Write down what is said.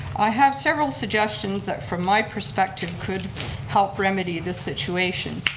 i have several suggestions that from my perspective could help remedy the situation.